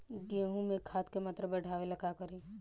गेहूं में खाद के मात्रा बढ़ावेला का करी?